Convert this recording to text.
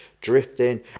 Drifting